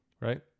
Right